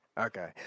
Okay